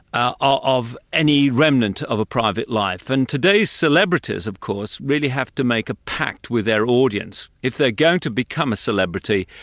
ah ah of any remnant of a private life and today's celebrities of course, really have to make a pact with their audience. if they're going to become a celebrity,